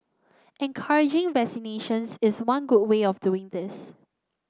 encouraging vaccinations is one good way of doing this